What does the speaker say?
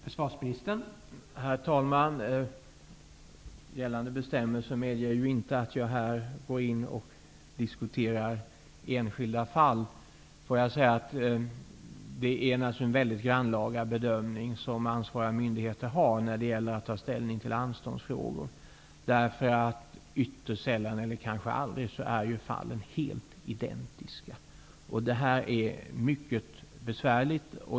Herr talman! Gällande bestämmelser medger inte att jag här diskuterar enskilda fall. Ansvariga myndigheter har naturligtvis att göra en mycket grannlaga bedömning när det gäller att ta ställning till anståndsfrågor. Ytterst sällan, eller kanske aldrig, är fallen helt identiska. Det är mycket besvärligt.